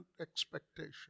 expectation